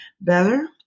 better